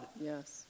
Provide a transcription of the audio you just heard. Yes